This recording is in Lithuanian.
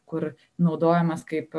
kur naudojamas kaip